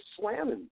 slamming